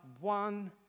one